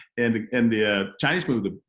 and in the ah chinese movies,